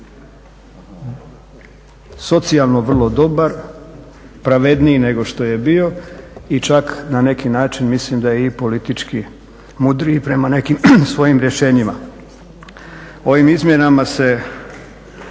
socijalno vrlo dobar, pravedniji nego što je bio i čak na neki način mislim da je politički mudriji prema nekim svojim rješenjima. Ovim izmjenama se